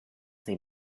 they